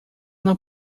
não